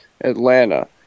Atlanta